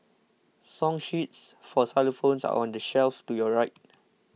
song sheets for xylophones are on the shelf to your right